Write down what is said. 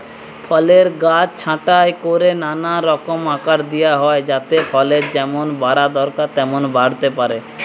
ফলের গাছ ছাঁটাই কোরে নানা রকম আকার দিয়া হয় যাতে ফলের যেমন বাড়া দরকার তেমন বাড়তে পারে